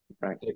right